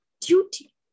duty